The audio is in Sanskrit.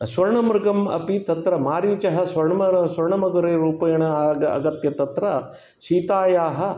स्वर्णमृगम् अपि तत्र मारीचः स्वर्णमृगरूपेण आगत्य तत्र सीतायाः